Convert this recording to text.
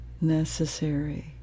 Necessary